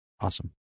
Awesome